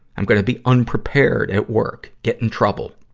i'm gonna be unprepared at work, get in trouble.